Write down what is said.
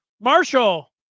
Marshall